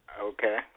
Okay